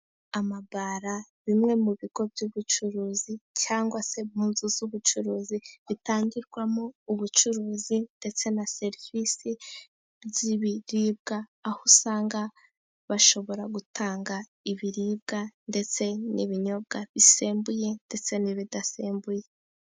Amabara, bimwe mu bigo by'ubucuruzi cyangwa se mu nzu z'ubucuruzi bitangirwamo ubucuruzi, ndetse na serivisi z'ibiribwa, aho usanga bashobora gutanga ibiribwa ndetse n'ibinyobwa bisembuye ndetse n'ibidasembuye.